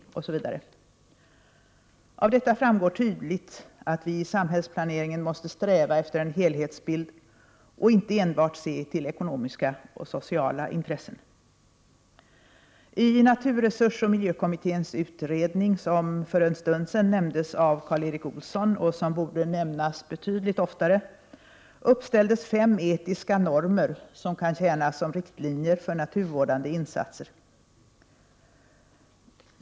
Av detta framgår tydligt att vi i samhällsplaneringen måste sträva efter en helhetsbild och inte enbart se till ekonomiska och sociala intressen. I naturresursoch miljökommitténs utredning, som för en stund sedan nämndes av Karl Erik Olsson och som borde nämnas betydligt oftare, uppställdes fem etiska normer, som kan tjäna som riktlinjer för naturvårdande insatser.